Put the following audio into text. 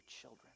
children